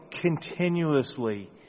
continuously